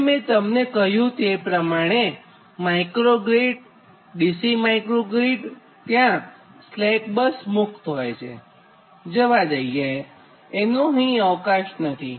અને મેં તમને કહ્યું તે પ્રમાણે માઇક્રોગ્રીડDC માઇક્રોગ્રીડ ત્યાં સ્લેક બસ મુક્ત હોય છેજવા દઈએએનો અહીં અવકાશ નથી